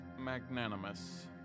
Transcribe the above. magnanimous